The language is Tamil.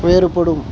வேறுபடும்